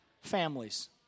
families